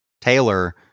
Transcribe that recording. Taylor